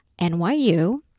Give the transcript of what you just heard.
NYU